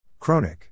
Kronik